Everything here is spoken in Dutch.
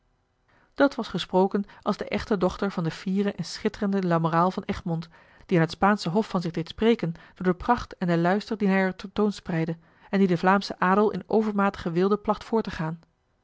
dat was gesproken als de echte dochter van den fieren en schitterenden lamoraal van egmond die aan het spaansche hof van zich deed spreken door de pracht en den luister dien hij er tentoonspreidde en die den vlaamschen adel in overmatige weelde placht voor te gaan